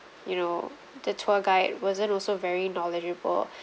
you know the tour guide wasn't also very knowledgeable